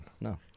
No